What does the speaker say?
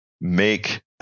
make